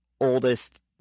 oldest